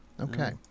okay